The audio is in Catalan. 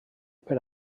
per